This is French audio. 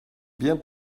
bien